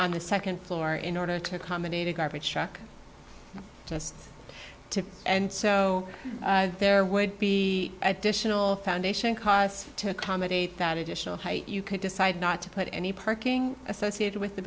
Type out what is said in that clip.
on the second floor in order to accommodate a garbage truck to and so there would be additional foundation costs to accommodate that additional height you could decide not to put any parking associated with the